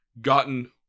gotten